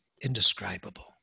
indescribable